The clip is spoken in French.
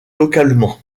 localement